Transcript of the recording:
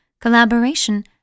collaboration